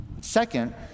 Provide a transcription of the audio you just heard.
Second